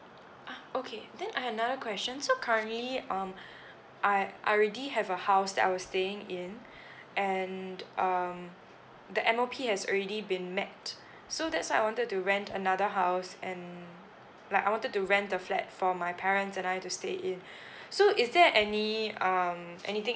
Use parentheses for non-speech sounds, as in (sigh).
ah okay then I have another question so currently um I already have a house that I was staying in and um the M_O_P has already been met so that's why I wanted to rent another house and like I wanted to rent a flat for my parents and I to stay in (breath) so is there any um anything